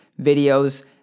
videos